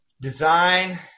Design